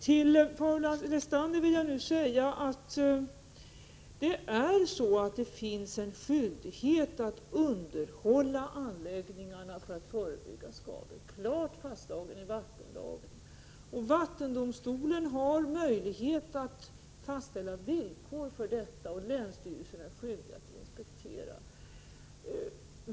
Till Paul Lestander vill jag nu säga att skyldigheten att underhålla anläggningarna för att förebygga skador finns klart fastslagen i vattenlagen. Vattendomstolen har möjlighet att fastställa villkor för detta och länsstyrelsen är skyldig att inspektera.